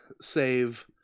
save